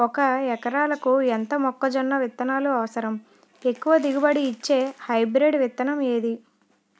ఒక ఎకరాలకు ఎంత మొక్కజొన్న విత్తనాలు అవసరం? ఎక్కువ దిగుబడి ఇచ్చే హైబ్రిడ్ విత్తనం ఏది?